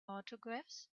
autographs